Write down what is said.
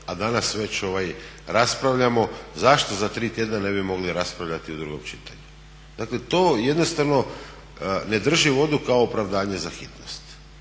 a danas već raspravljamo, zašto za tri tjedna ne bi mogli raspravljati u drugom čitanju? Dakle to jednostavno ne drži vodu kao opravdanje za hitnost